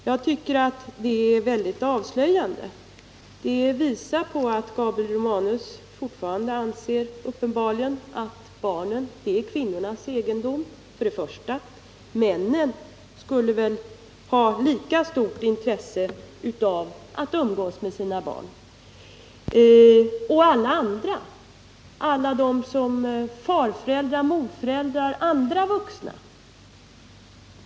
Jag tycker att detta uttalande är mycket avslöjande. Det visar att Gabriel Romanus uppenbarligen fortfarande anser att barnen är i första hand kvinnornas egendom. Männen borde emellertid ha lika stort intresse av att umgås med sina barn. Och alla far-, morföräldrar och andra vuxna kan ju också ha ett intresse.